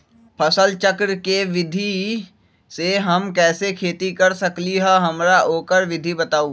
फसल चक्र के विधि से हम कैसे खेती कर सकलि ह हमरा ओकर विधि बताउ?